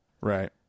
Right